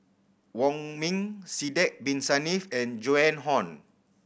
Wong Ming Sidek Bin Saniff and Joan Hon